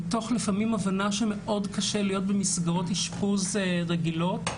מתוך הבנה שלפעמים מאוד קשה להיות במסגרות אשפוז רגילות.